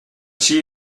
she